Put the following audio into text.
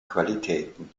qualitäten